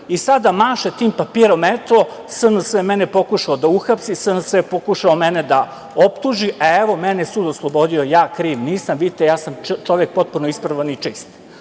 i sada maše tim papirom – eto, SNS je mene pokušao da uhapsi, SNS je pokušao mene da optuži, a evo mene je sud oslobodio, ja kriv nisam, vidite, ja sam čovek potpuno ispravan i čist,